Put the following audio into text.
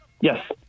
Yes